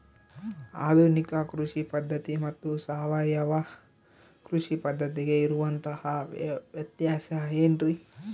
ಆಧುನಿಕ ಕೃಷಿ ಪದ್ಧತಿ ಮತ್ತು ಸಾವಯವ ಕೃಷಿ ಪದ್ಧತಿಗೆ ಇರುವಂತಂಹ ವ್ಯತ್ಯಾಸ ಏನ್ರಿ?